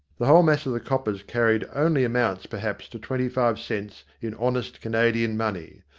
the whole mass of the coppers carried only amounts perhaps to twenty-five cents in honest canadian money.